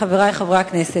חברי חברי הכנסת,